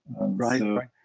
Right